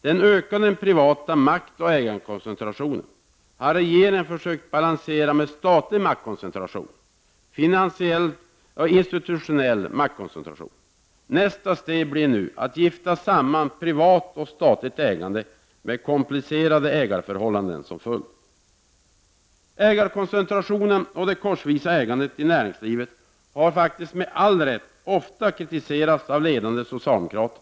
Den ökande privata maktoch ägarkoncentrationen har regeringen försökt balansera med statlig maktkoncentration — finansiell och institutionell maktkoncentration. Nästa steg blir nu att gifta samman privat och statligt ägande, med komplicerade ägarförhållanden som följd. Ägarkoncentrationen och det korsvisa ägandet i näringslivet har, med all rätt, ofta kritiserats av ledande socialdemokrater.